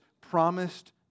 promised